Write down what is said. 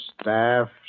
Staff